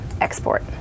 export